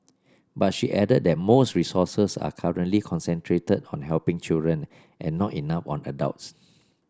but she added that most resources are currently concentrated on helping children and not enough on adults